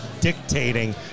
dictating